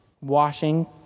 washing